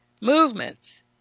movements